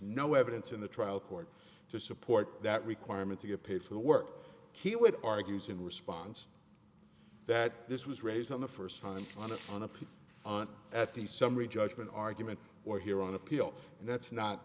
no evidence in the trial court to support that requirement to get paid for the work he would argues in response that this was raised on the first time i don't want to put on at the summary judgment argument or here on appeal and that's not